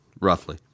roughly